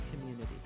community